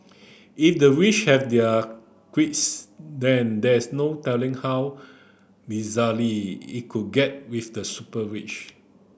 if the rich have their quirks then there's no telling how it could get with the super rich